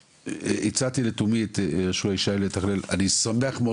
הצעתי לתומי את יהושע ישי לתכלל אבל אני שמח מאוד